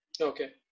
Okay